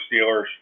Steelers